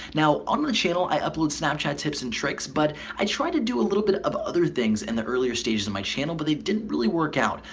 now on my channel i upload snapchat tips and tricks but i try to do a little bit of other things in the earlier stages of my channel but they didn't really work out.